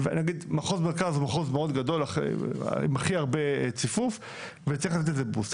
מחוז מרכז הוא מחוז מאוד גדול עם הכי הרבה ציפוף וצריך לתת לזה בוסט,